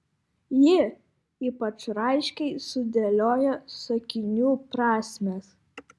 ji ypač raiškiai sudėlioja sakinių prasmes